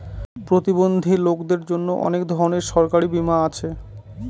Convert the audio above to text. প্রতিবন্ধী লোকদের জন্য অনেক ধরনের সরকারি বীমা আছে